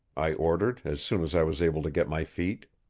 i ordered, as soon as i was able to get my feet.